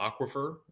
aquifer